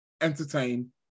entertain